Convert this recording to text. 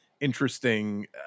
interesting